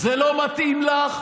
זה לא מתאים לך.